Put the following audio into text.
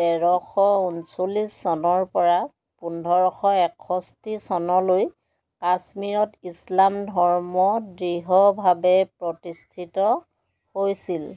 তেৰশ ঊনচল্লিছ চনৰপৰা পোন্ধৰশ এষষ্ঠি চনলৈ কাশ্মীৰত ইছলাম ধৰ্ম দৃঢ়ভাৱে প্ৰতিষ্ঠিত হৈছিল